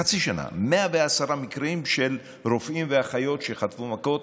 בחצי שנה 110 מקרים של רופאים ואחיות שחטפו מכות.